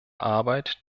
arbeit